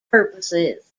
purposes